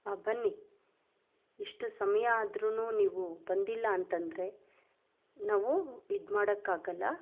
ಬನ್ನಿ ಇಷ್ಟು ಸಮಯ ಆದ್ರೂ ನೀವು ಬಂದಿಲ್ಲ ಅಂತ ಅಂದರೆ ನಾವು ಇದು ಮಾಡೋಕ್ಕಾಗಲ್ಲ